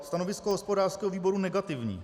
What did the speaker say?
Stanovisko hospodářského výboru negativní.